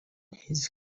his